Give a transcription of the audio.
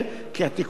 כפי שאמרתי,